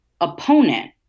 opponent